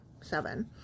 seven